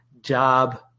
Job